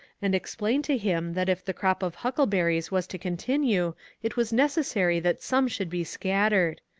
and explained to him that if the crop of huckleberries was to continue it was necessary that some should be scattered.